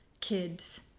kids